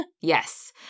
Yes